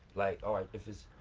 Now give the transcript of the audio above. like, alright, if it's,